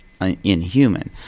inhuman